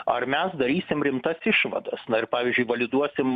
ar mes darysim rimtas išvadas na ir pavyzdžiui validuosim